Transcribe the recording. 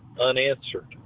unanswered